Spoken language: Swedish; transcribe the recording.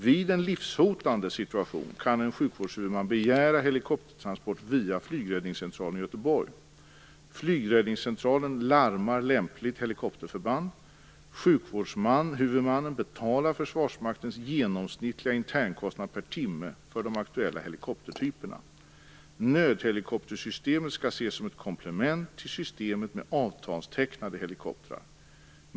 Vid en livshotande situation kan en sjukvårdshuvudman begära helikoptertransport via flygräddningscentralen i Göteborg. Flygräddningscentralen larmar lämpligt helikopterförband. Sjukvårdshuvudmannen betalar Försvarsmaktens genomsnittliga internkostnad per timme för de aktuella helikoptertyperna. Nödhelikoptersystemet skall ses som ett komplement till systemet med avtalstecknade helikoptrar.